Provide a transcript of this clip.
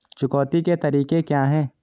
चुकौती के तरीके क्या हैं?